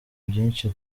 byinshi